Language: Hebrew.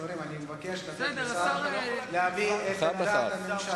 חברים, אני מבקש לתת לשר להביא את עמדת הממשלה.